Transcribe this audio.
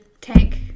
tank